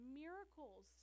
miracles